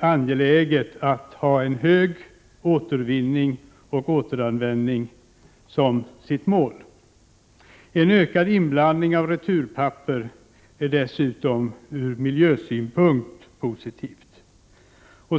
angeläget att ha en hög grad av återvinning och återanvändning som målsättning. Dessutom är det ur miljösynpunkt positivt med en ökad inblandning av returpapper.